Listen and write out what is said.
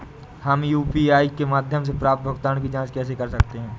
हम यू.पी.आई के माध्यम से प्राप्त भुगतान की जॉंच कैसे कर सकते हैं?